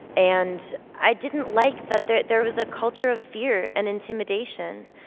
and i didn't like that there there was a culture of fear and intimidation,